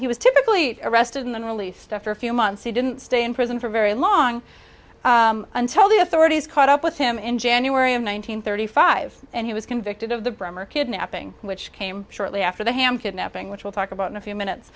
he was typically arrested and then released after a few months he didn't stay in prison for very long until the authorities caught up with him in january of one nine hundred thirty five and he was convicted of the bremmer kidnapping which came shortly after the ham kidnapping which we'll talk about in a few minutes